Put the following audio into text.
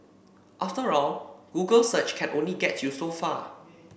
after all Google search can only get you so far